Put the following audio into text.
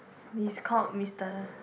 is called Mister